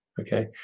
okay